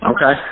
Okay